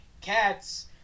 Cats